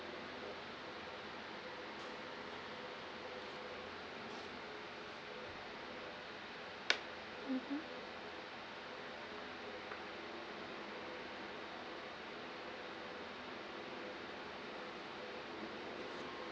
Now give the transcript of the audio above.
mmhmm